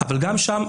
אבל גם שם,